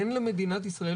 אין למדינת ישראל,